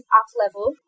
up-level